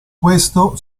questo